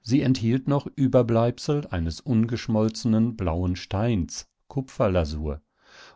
sie enthielt noch überbleibsel eines ungeschmolzenen blauen steins kupferlasur